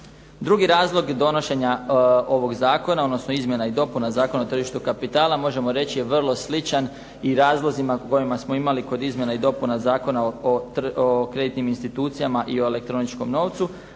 Drugi razlog donošenja ovog zakona, odnosno izmjena i dopuna Zakona o tržištu kapitala, možemo reći je vrlo sličan i razlozima koje smo imali kod izmjena i dopuna Zakona o kreditnim institucijama i o elektroničkom novcu,